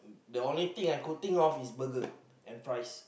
the only thing I could think of is burger and fries